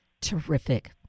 Terrific